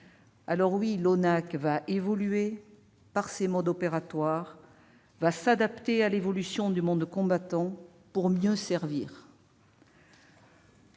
Oui, l'ONAC-VG va évoluer par ses modes opératoires et va s'adapter à l'évolution du monde combattant pour mieux servir.